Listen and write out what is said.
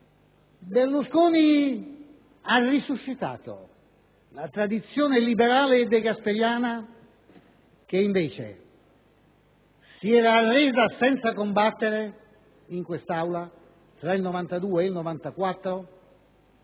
Berlusconi ha resuscitato la tradizione liberale e degasperiana che invece si era arresa senza combattere in quest'Aula tra il 1992 e il 1994